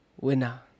winner